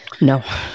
No